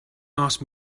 asked